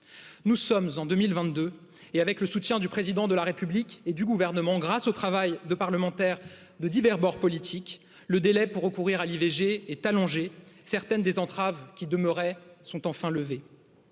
nous vingt deux avec le soutien du président de lamé publique et du gouvernement grâce au travail de parlementaires de divers bords politiques le délai pour recourir à l'i v g est allongé certaines des entraves qui demeuraient sont enfin levées